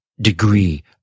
degree